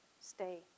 stay